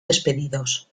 despedidos